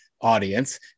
audience